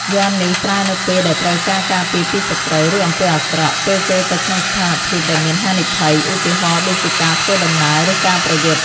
យ័ន្តនេះប្រើនៅពេលដែលត្រូវការការពារពីសត្រូវ ឬអំពើអាក្រក់ ពេលចូលទៅក្នុងស្ថានភាពដែលមានហានិភ័យ ឧទាហរណ៍ដូចជាការធ្វើដំណើរ ឬការប្រយុទ្ធ។